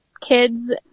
kids